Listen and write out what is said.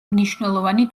მნიშვნელოვანი